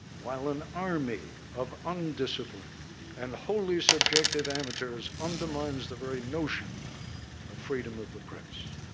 while an army of undisciplined and wholly subjective amateurs undermines the very notion of freedom of the press.